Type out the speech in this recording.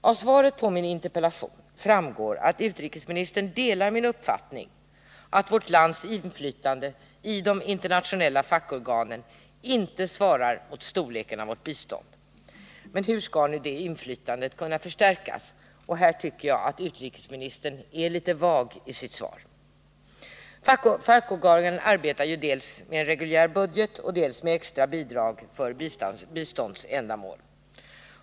Av svaret på min interpellation framgår att utrikesministern delar min uppfattning att vårt lands inflytande i de internationella fackorganen inte svarar mot storleken av vårt bistånd. Men hur skall detta inflytande kunna förstärkas? Här tycker jag att utrikesministern är litet vag i sitt svar. Fackorganen arbetar dels med en reguljär budget, dels med extra bidrag för biståndsändamål.